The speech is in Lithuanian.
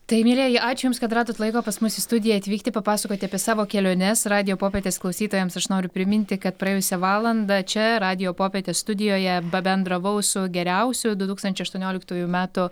tai mielieji ačiū jums kad radot laiko pas mus į studiją atvykti papasakoti apie savo keliones radijo popietės klausytojams aš noriu priminti kad praėjusią valandą čia radijo popietės studijoje pabendravau su geriausiu du tūkstančiai aštuonioliktųjų metų